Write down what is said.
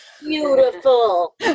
Beautiful